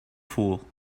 fool